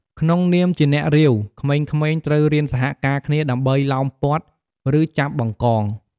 ក្នុងនាមជា អ្នករាវ ក្មេងៗត្រូវរៀនសហការគ្នាដើម្បីឡោមព័ទ្ធ ឬចាប់ បង្កង។